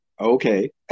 okay